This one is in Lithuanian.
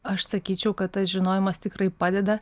aš sakyčiau kad tas žinojimas tikrai padeda